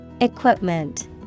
Equipment